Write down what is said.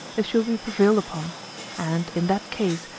if she will be prevailed upon and, in that case,